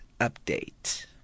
Update